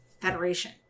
Federation